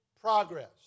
progress